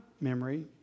memory